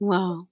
Wow